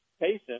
patient